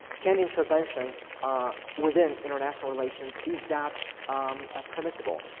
can intervention within international relations is that um ah permissible.